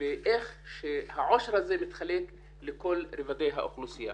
באיך שהעושר הזה מתחלק לכל רובדי האוכלוסייה.